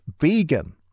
vegan